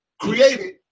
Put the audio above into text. created